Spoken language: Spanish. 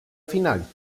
final